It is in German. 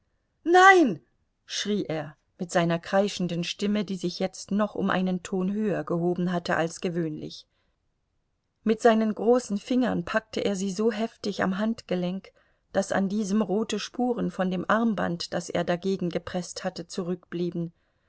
nein schrie er mit seiner kreischenden stimme die sich jetzt noch um einen ton höher gehoben hatte als gewöhnlich mit seinen großen fingern packte er sie so heftig am handgelenk daß an diesem rote spuren von dem armband das er dagegengepreßt hatte zurückblieben